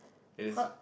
it is